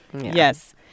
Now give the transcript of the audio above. Yes